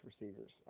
receivers